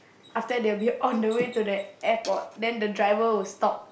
after that they will be on the way to the airport then the driver will stop